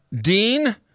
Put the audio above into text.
Dean